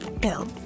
Bill